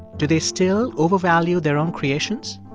do they still overvalue their own creations?